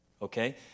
Okay